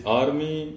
army